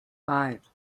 five